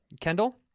Kendall